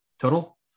Total